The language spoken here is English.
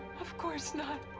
of course not.